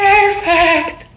Perfect